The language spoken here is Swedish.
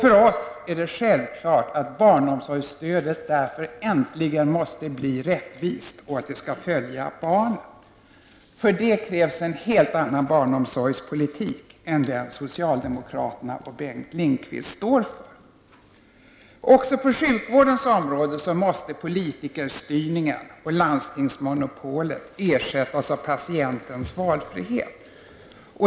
För oss är det självklart att barnomsorgsstödet därför äntligen måste bli rättvist och följa barnen. För det krävs en helt annan barnomsorgspolitik än den socialdemokraterna och Bengt Lindqvist står för. Också på sjukvårdens område måste politikerstyrningen och landstingsmonopolet ersättas av patientens valfrihet.